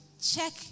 Check